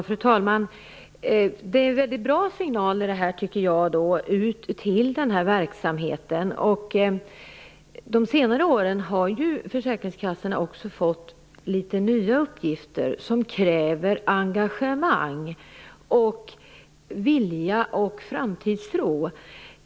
Fru talman! Det här är en mycket bra signal ut till verksamheten. På senare år har försäkringskassorna fått litet nya uppgifter, som kräver engagemang, vilja och framtidstro.